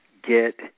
get